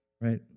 right